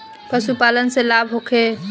पशु पालन से लाभ होखे?